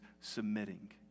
submitting